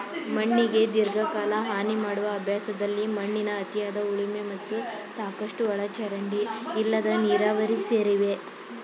ಮಣ್ಣಿಗೆ ದೀರ್ಘಕಾಲ ಹಾನಿಮಾಡುವ ಅಭ್ಯಾಸದಲ್ಲಿ ಮಣ್ಣಿನ ಅತಿಯಾದ ಉಳುಮೆ ಮತ್ತು ಸಾಕಷ್ಟು ಒಳಚರಂಡಿ ಇಲ್ಲದ ನೀರಾವರಿ ಸೇರಿವೆ